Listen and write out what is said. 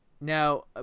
Now